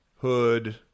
Hood –